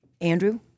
Andrew